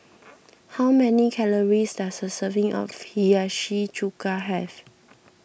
how many calories does a serving of Hiyashi Chuka have